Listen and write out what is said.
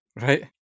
Right